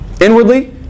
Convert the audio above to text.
Inwardly